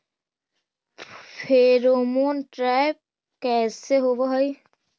Pheromone trap कैसे होब हई?